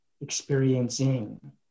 experiencing